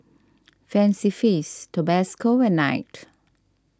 Fancy Feast Tabasco and Knight